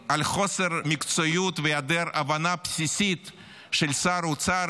על חוסר מקצועיות וחוסר הבנה בסיסית של שר האוצר